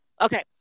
Okay